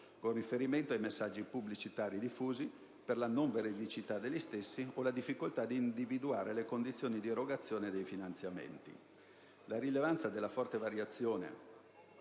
con riferimento ai messaggi pubblicitari diffusi per la non veridicità degli stessi o la difficoltà di individuare le condizioni di erogazione dei finanziamenti. La rilevanza della forte variazione